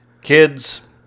Kids